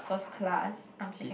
first class I'm second